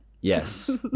Yes